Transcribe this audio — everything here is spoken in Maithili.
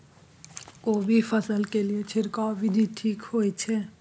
कोबी फसल के लिए छिरकाव विधी ठीक होय छै?